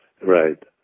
Right